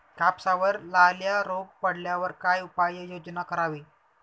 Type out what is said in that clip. कापसावर लाल्या रोग पडल्यावर काय उपाययोजना करावी?